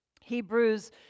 Hebrews